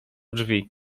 drzwi